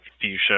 fuchsia